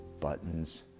buttons